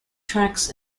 tracks